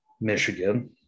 Michigan